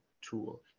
tool